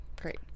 great